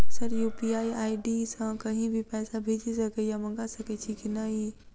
Sir UPI ID सँ कहि भी पैसा भेजि सकै या मंगा सकै छी की न ई?